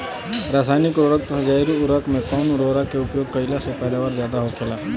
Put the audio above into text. रसायनिक उर्वरक तथा जैविक उर्वरक में कउन उर्वरक के उपयोग कइला से पैदावार ज्यादा होखेला?